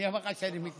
מי אמר לך שאני מתנגד?